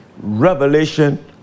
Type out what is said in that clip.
revelation